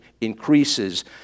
increases